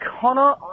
Connor